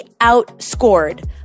outscored